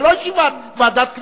זה לא ישיבת ועדת הכנסת,